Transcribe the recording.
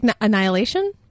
Annihilation